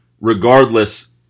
regardless